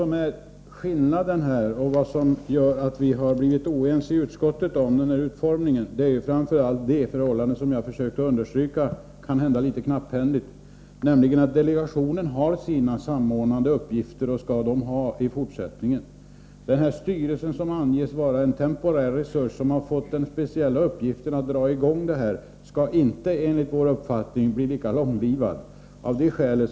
Men vad som gör att vi har blivit oense i utskottet är framför allt det förhållande som jag försökte understryka, kanhända litet knapphändigt, nämligen att delegationen har samordnande uppgifter som den skall ha i fortsättningen också. Styrelsen, som anges vara en temporär resurs, har fått den speciella uppgiften att dra i gång programmet, och den skall enligt vår uppfattning inte bli lika långlivad som delegationen.